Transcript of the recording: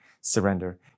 surrender